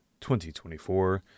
2024